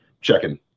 checking